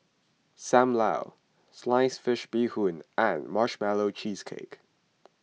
Sam Lau Sliced Fish Bee Hoon and Marshmallow Cheesecake